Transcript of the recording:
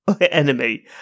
enemy